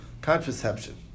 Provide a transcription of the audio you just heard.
contraception